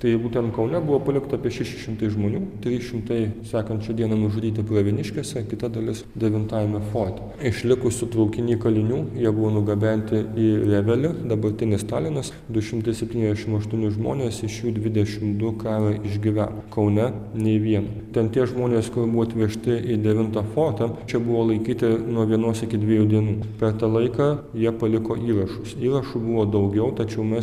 tai būtent kaune buvo palikta apie šeši šimtai žmonių trys šimtai sekančią dieną nužudyti pravieniškėse kita dalis devintajame forte iš likusių traukiny kalinių jie buvo nugabenti į revelį dabartinis talinas du šimtai septyniasdešimt aštuoni žmonės iš jų dvidešimt du karą išgyveno kaune nei vieno ten tie žmonės kur buvo atvežti į devintą fortą čia buvo laikyti nuo vienos iki dviejų dienų per tą laiką jie paliko įrašus įrašų buvo daugiau tačiau mes